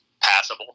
passable